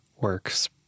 works